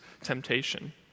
temptation